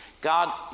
god